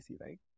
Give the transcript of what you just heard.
right